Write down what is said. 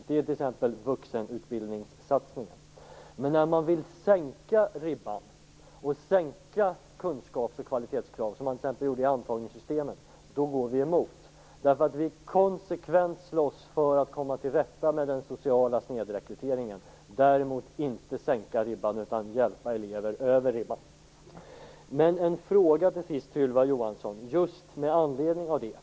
Det gäller t.ex. satsningen på vuxenutbildningen. Men när ni vill sänka ribban, sänka kunskaps och kvalitetskrav, som man t.ex. gjorde i antagningssystemet, då går vi emot. Vi slåss nämligen konsekvent för att komma till rätta med den sociala snedrekryteringen, men vi vill inte sänka ribban utan i stället hjälpa elever över ribban. Till sist vill jag ställa en fråga till Ylva Johansson med anledning av detta.